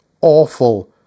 awful